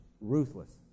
ruthless